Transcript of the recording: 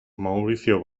mauricio